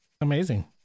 Amazing